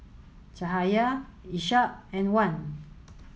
Cahaya Ishak and Wan